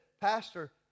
Pastor